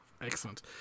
Excellent